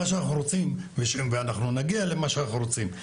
שאנחנו רוצים ונגיע למה שאנחנו רוצים.